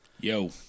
Yo